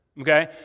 Okay